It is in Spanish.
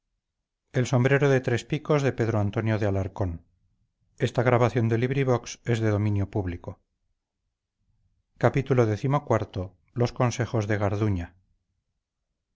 su sombrero de tres picos y por lo vistoso de